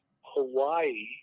Hawaii